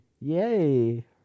Yay